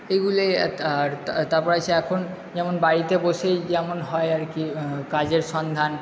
এগুলোই আর তারপর আছে এখন যেমন বাড়িতে বসেই যেমন হয় আর কি কাজের সন্ধান